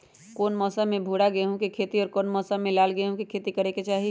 कौन मौसम में भूरा गेहूं के खेती और कौन मौसम मे लाल गेंहू के खेती करे के चाहि?